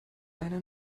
einer